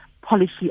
policy